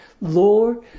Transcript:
Lord